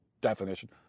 definition